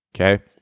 Okay